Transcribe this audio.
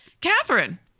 Catherine